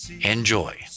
Enjoy